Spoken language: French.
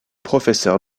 professeur